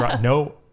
no